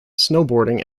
snowboarding